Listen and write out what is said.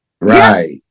Right